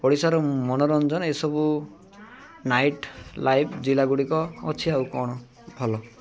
ଓଡ଼ିଶାର ମନୋରଞ୍ଜନ ଏସବୁ ନାଇଟ୍ ଲାଇଫ୍ ଜିଲ୍ଲା ଗୁଡ଼ିକ ଅଛି ଆଉ କ'ଣ ଭଲ